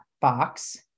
box